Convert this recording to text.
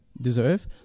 deserve